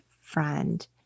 friend